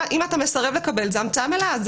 אם אתה מסרב לקבל, זאת המצאה מלאה.